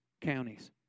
counties